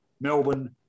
Melbourne